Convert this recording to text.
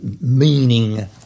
meaning